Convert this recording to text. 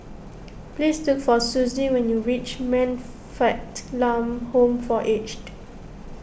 please look for Suzy when you reach Man Fatt Lam Home for Aged